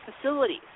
facilities